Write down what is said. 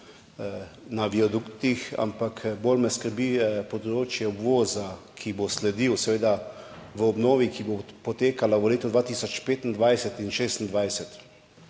na viaduktih, bolj me skrbi področje obvoza, ki bo sledil ob obnovi, ki bo potekala v letih 2025 in 2026.